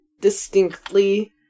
distinctly